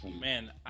Man